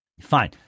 fine